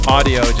Audio